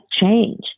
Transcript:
change